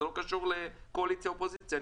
זה לא קשור לקואליציה או אופוזיציה,